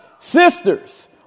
sisters